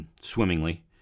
swimmingly